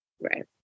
right